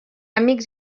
amics